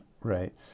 Right